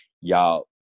y'all